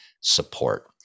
support